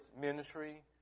ministry